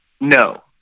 No